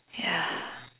ya